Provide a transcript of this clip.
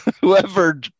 whoever